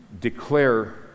declare